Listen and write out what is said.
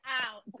out